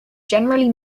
generally